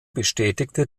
bestätigte